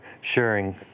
sharing